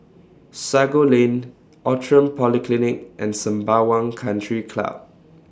Sago Lane Outram Polyclinic and Sembawang Country Club